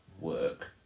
work